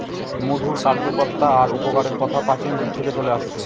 মধুর কার্যকতা আর উপকারের কথা প্রাচীন যুগ থেকে চলে আসছে